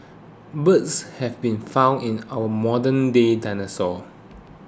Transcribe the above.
birds have been found in our modernday dinosaurs